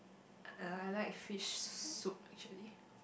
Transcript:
uh I like fish soup actually